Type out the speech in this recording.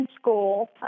school